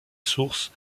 source